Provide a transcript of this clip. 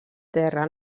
terra